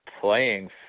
playing